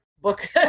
Book